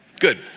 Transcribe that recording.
Good